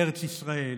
ארץ ישראל.